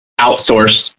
outsource